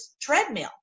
treadmill